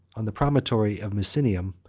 on the promontory of misenum,